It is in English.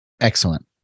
Excellent